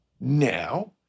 Now